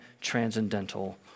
transcendental